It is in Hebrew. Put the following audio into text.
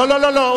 שאלה, לא, לא, לא.